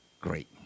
great